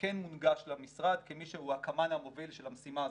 כן מונגש למשרד כמי שהוא הקמ"ן המוביל של המשימה הזאת.